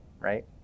right